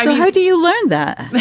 how do you learn that